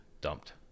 Dumped